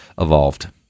evolved